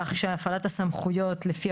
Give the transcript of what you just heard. ויש מצבים שבהם הגורם המתאים הוא גורם סמנכ"ל אחר